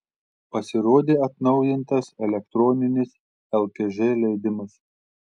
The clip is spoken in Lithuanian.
pasirodė atnaujintas elektroninis lkž leidimas